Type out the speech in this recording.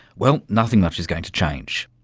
well, nothing much is going to change.